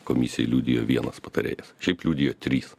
komisijai liudijo vienas patarėjas šiaip liudijo trys